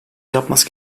yapması